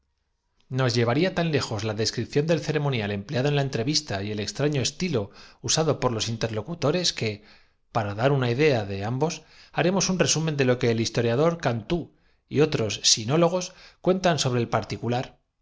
nos llevaría tan lejos la descripción del ceremonial china se encontraron delante de hien ti empleado en la entrevista y el extraño estilo usado por era este soberano un hombre corrompido de con los interlocutores que para dar una idea de ambos dición viciosa en quien la sed de placeres no bastaba haremos un resumen de lo que el historiador cantú y á saciar el insultante lujo de que se rodeaba á costa otros sinólogos cuentan sobre el particular